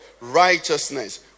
Righteousness